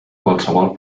qualsevol